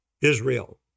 Israel